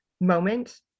moment